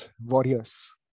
warriors